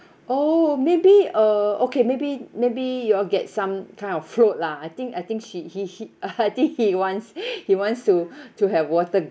oh maybe uh okay maybe maybe you all get some kind of float lah I think I think she he he I think he wants he wants to to have water